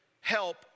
help